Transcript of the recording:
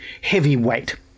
heavyweight